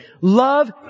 love